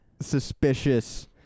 suspicious